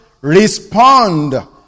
respond